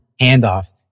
handoff